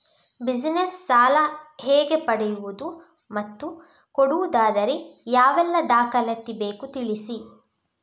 Business ಸಾಲ ಹೇಗೆ ಪಡೆಯುವುದು ಮತ್ತು ಕೊಡುವುದಾದರೆ ಯಾವೆಲ್ಲ ದಾಖಲಾತಿ ಬೇಕು ತಿಳಿಸಿ?